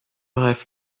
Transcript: rêve